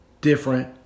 different